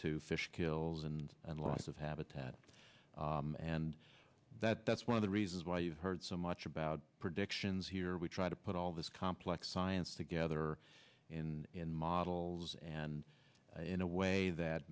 to fish kills and loss of habitat and that that's one of the reasons why you've heard so much about predictions here we try to put all this complex science together in an models and in a way that